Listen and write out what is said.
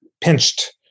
pinched